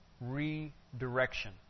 Redirection